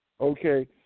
okay